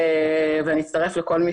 ואני אצטרף לכל מי